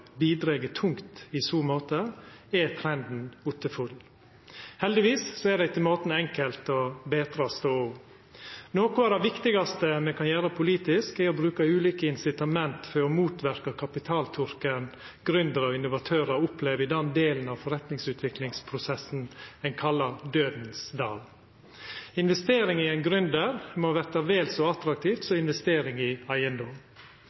bidreg tungt i så måte, er trenden ottefull. Heldigvis er det etter måten enkelt å betra stoda. Noko av det viktigaste me kan gjera politisk, er å bruka ulike incitament for å motverka den kapitaltørka som gründerar og innovatørar opplever i den delen av forretningsutviklingsprosessen ein kallar dødens dal. Investering i ein gründer må verta vel så attraktivt som investering i eigedom.